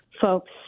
folks